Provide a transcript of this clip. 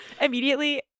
immediately